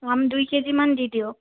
আম দুই কেজিমান দি দিয়ক